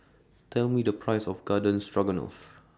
Tell Me The Price of Garden Stroganoff